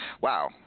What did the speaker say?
Wow